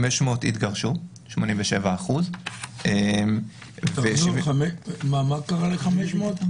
500 התגרשו 87% --- מה קרה ל-500?